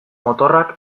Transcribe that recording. motorrak